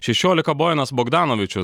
šešiolika bojanas bogdanovičius